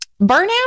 burnout